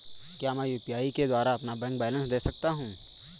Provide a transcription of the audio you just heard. क्या मैं यू.पी.आई के द्वारा अपना बैंक बैलेंस देख सकता हूँ?